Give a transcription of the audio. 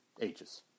ages